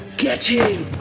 get him!